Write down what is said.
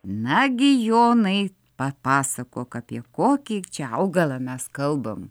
nagi jonai papasakok apie kokį čia augalą mes kalbam